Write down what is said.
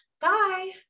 Bye